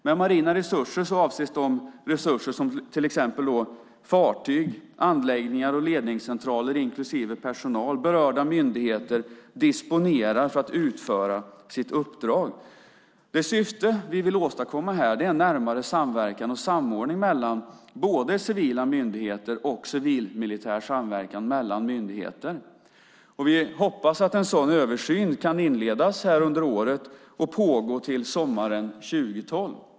Med marina resurser avses de resurser som till exempel fartyg, anläggningar och ledningscentraler inklusive personal och berörda myndigheter disponerar för att utföra sitt uppdrag. Det syfte vi vill åstadkomma är närmare samverkan och samordning mellan civila myndigheter och civilmilitär samverkan mellan myndigheter. Vi hoppas att en sådan översyn kan inledas under året och pågå till sommaren 2012.